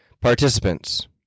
participants